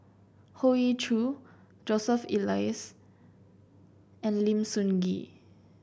Hoey Choo Joseph Elias and Lim Sun Gee